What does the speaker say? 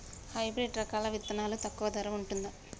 Hybrid రకాల విత్తనాలు తక్కువ ధర ఉంటుందా?